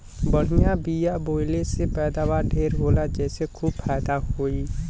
बढ़िया बिया बोवले से पैदावार ढेर होला जेसे खूब फायदा होई